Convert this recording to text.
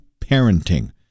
parenting